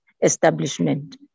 establishment